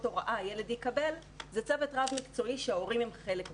הוראה שהילד יקבל זה צוות רב-מקצועי שההורים הם חלק בו.